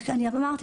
כאמור,